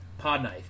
Podknife